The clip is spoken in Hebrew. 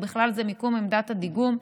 ובכלל זה מיקום עמדת הדיגום,